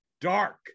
Dark